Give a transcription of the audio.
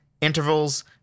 intervals